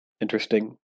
interesting